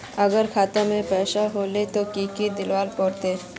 अगर खाता में पैसा लेबे ते की की देल पड़ते?